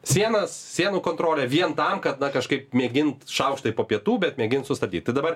sienas sienų kontrolę vien tam kad na kažkaip mėgint šaukštai po pietų bet mėgint sustabdyt tai dabar